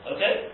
Okay